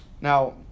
Now